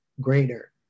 greater